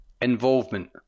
Involvement